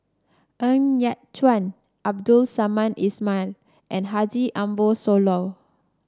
Ng Yat Chuan Abdul Samad Ismail and Haji Ambo Sooloh